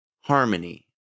harmony